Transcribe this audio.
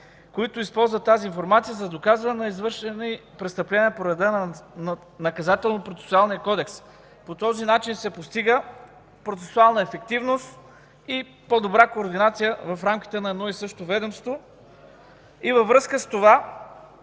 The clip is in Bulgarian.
които използват тази информация за доказване на извършени престъпления по реда на Наказателно-процесуалния кодекс. По този начин се постига процесуална ефективност и по-добра координация в рамките на едно и също ведомство. Във връзка с това